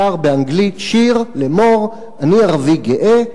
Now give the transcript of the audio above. שר באנגלית שיר לאמור: אני ערבי גאה,